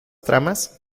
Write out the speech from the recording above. tramas